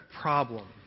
problem